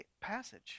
passage